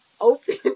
open